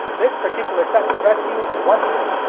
this particular set to the rescue once more!